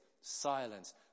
silence